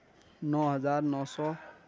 نو ہزار نو سو